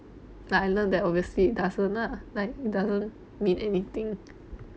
like I learned that obviously it doesn't lah like it doesn't meet anything